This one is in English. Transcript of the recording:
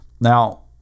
Now